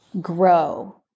grow